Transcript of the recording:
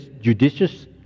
judicious